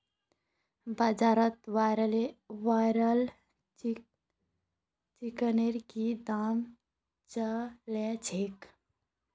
बाजारत ब्रायलर चिकनेर की दाम च ल छेक